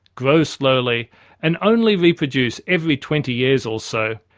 grow slowly and only reproduce every twenty years or so,